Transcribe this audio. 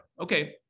Okay